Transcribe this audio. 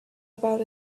about